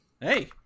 Hey